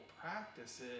practices